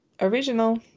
original